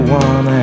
one